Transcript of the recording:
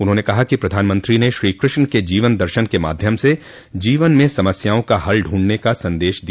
उन्होंने कहा कि प्रधानमंत्री ने श्रीकृष्ण के जीवन दर्शन के माध्यम से जीवन में समस्याओं का हल ढूंढने का सन्देश दिया